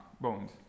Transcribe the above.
bones